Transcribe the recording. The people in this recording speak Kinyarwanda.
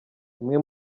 imwe